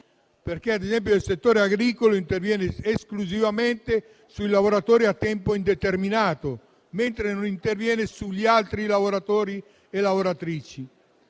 settore agricolo, il provvedimento interviene esclusivamente sui lavoratori a tempo indeterminato, mentre non interviene sugli altri lavoratori e lavoratrici.